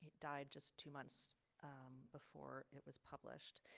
died just two months before it was published.